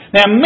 Now